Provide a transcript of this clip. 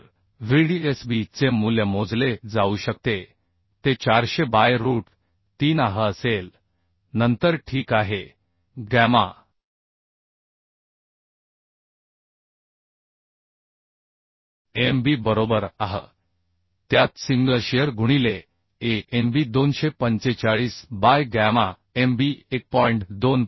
तर Vdsb चे मूल्य मोजले जाऊ शकते ते 400 बाय रूट 3 आह असेल नंतर ठीक आहे गॅमा mb बरोबर आह त्यात सिंगल शिअर गुणिले Anb245 बाय गॅमा mb 1